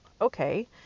okay